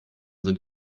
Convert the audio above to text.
sind